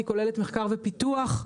היא כוללת מחקר ופיתוח,